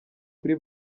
kuri